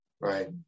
right